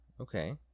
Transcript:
Okay